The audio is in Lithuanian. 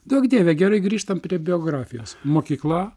duok dieve gerai grįžtam prie biografijos mokykla